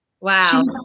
Wow